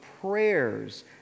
prayers